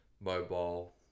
mobile